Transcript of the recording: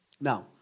Now